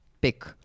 pick